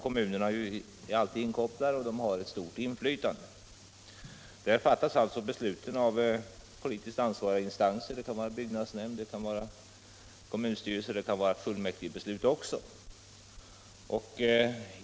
Kommunerna är alltid inkopplade, och de har ett stort inflytande. Där fattas besluten av politiskt ansvariga instanser som bygg nadsnämnd, kommunstyrelse och även kommunfullmäktige.